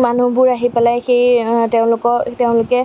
মানুহবোৰ আহি পেলাই সেই তেওঁলোকৰ তেওঁলোকে